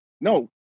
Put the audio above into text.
No